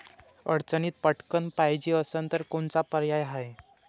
अडचणीत पटकण पायजे असन तर कोनचा पर्याय हाय?